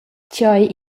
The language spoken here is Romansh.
tgei